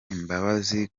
imbabazi